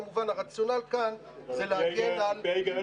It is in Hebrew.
הרציונל כאן זה להגן על --- על פי ההיגיון